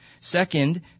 Second